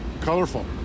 Colorful